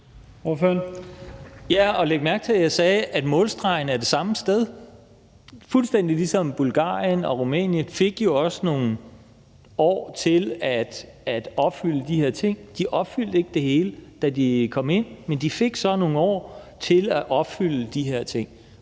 Ja, og læg mærke til, at jeg sagde, at målstregen er det samme sted – fuldstændig ligesom Bulgarien og Rumænien jo også fik nogle år til at opfylde de her ting. De opfyldte ikke det hele, da de kom ind, men de fik så nogle år til at opfylde de her ting.